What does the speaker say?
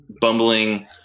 bumbling